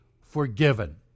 forgiven